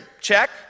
check